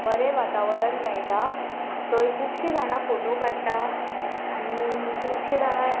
बरें वातावरण मेळटा थंय खुबशीं जाणां फोटो काडटा आनी खुबशीं जाणां